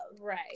right